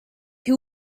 che